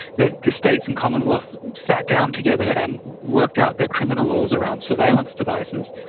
that the states and commonwealth sat down together and worked out their criminal laws around surveillance devices.